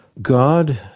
god,